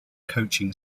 coaching